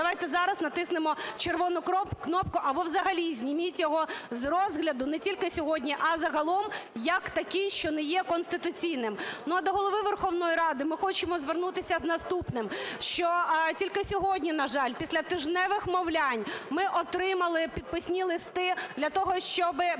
давайте зараз натиснемо червону кнопку, або взагалі зніміть його з розгляду, не тільки сьогодні, а загалом як такий, що не є конституційним. А до Голови Верховної Ради ми хочемо звернутися з наступним, що тільки сьогодні, на жаль, після тижневих вмовлянь ми отримали підписні листи для того, щоби